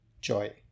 joy